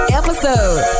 episode